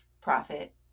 profit